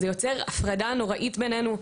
זה יוצר הפרדה נוראית בנינו.